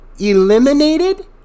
eliminated